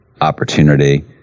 opportunity